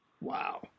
Wow